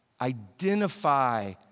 Identify